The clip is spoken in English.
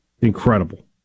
incredible